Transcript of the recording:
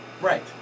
Right